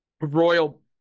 royal